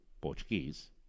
Portuguese